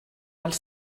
els